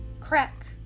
Crack